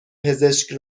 پزشک